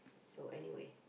so anyway